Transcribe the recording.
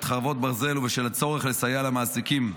חרבות ברזל ובשל הצורך לסייע למעסיקים,